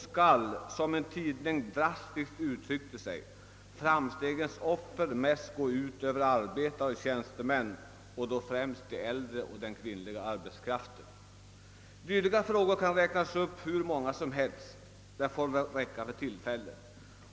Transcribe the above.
Skall, som en tidning drastiskt uttryckte det, framstegens offer mest bli arbetare och tjänstemän och då främst den äldre och den kvinnliga arbetskraften? Man kunde räkna upp hur många dylika frågor som helst, men detta får räcka för tillfället.